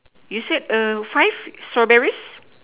you said five strawberries